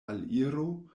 aliro